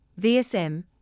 VSM